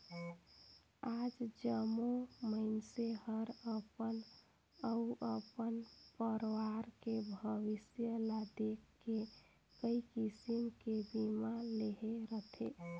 आज जम्मो मइनसे हर अपन अउ अपन परवार के भविस्य ल देख के कइ किसम के बीमा लेहे रथें